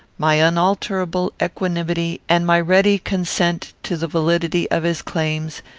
my unalterable equanimity, and my ready consent to the validity of his claims,